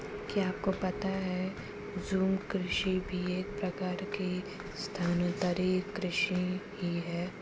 क्या आपको पता है झूम कृषि भी एक प्रकार की स्थानान्तरी कृषि ही है?